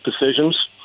decisions